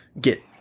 get